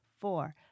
four